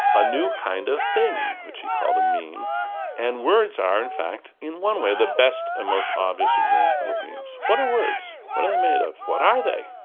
a new kind of thing which he called a meme and words are in fact in one way, the best and most obvious example of memes. what are words? what are they made of? what are they?